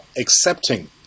accepting